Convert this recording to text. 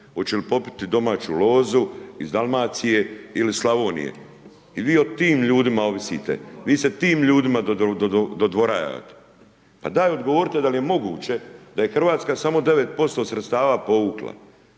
oće li popiti domaću lozu iz Dalmacije il iz Slavonije i vi o tim ljudima ovisite, vi se tim ljudima dodvorajavate pa daj odgovorite da li je moguće da je Hrvatska samo 9% sredstava povukla,